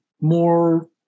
more